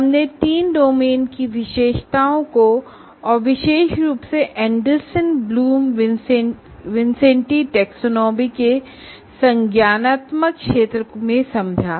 हमने तीनो डोमेन की विशेषताओं को और विशेष रूप से एंडरसन ब्लूम विन्सेंटी टैक्सोनॉमी के कॉग्निटिव डोमेन को समझा